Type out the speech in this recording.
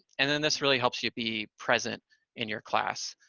and then this really helps you be present in your class,